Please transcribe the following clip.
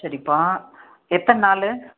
சரிப்பா எத்தனை நாள்